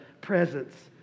presence